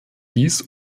dies